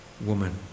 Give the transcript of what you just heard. woman